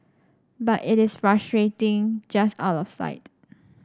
but it is frustratingly just out of sight